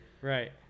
Right